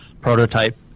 prototype